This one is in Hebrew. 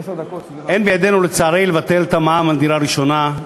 לצערי, אין בידינו לבטל את המע"מ על דירה ראשונה.